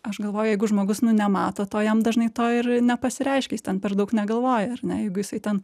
aš galvoju jeigu žmogus nu nemato to jam dažnai to ir nepasireiškia jis ten per daug negalvoja ar ne jeigu jisai ten